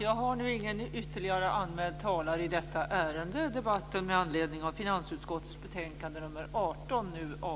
Fru talman!